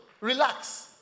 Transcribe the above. Relax